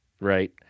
right